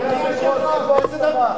אתה רק עוסק באינטרסים.